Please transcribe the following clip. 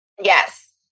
Yes